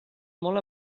molt